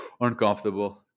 uncomfortable